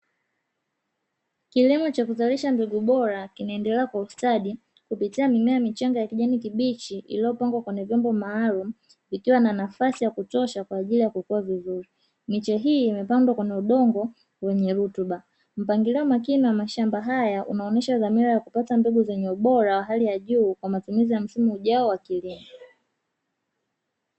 Kilimo cha kuzalisha mbegu bora kinaendelea kwa ustadi kupitia mimea michanga ya kijani kibichi iliyopangwa kwenye vyombo maalumu ikiwa na nafasi ya kutosha kwaajili ya kukua vizuri, miche hii imepandwa kwenye udongo wenye rutuba, mpangilio makini wa mashamba haya unaonesha dhamira ya kupata mbegu zenye ubora wa hali ya juu kwa matumizi ya msimu ujao wa kilimo.